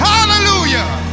Hallelujah